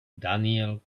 daniel